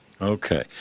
Okay